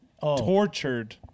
tortured